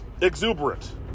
exuberant